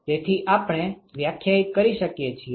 તેથી આપણે વ્યાખ્યાયિત કરી શકીએ છીએ